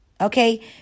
okay